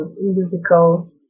musical